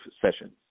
sessions